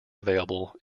available